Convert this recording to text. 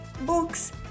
books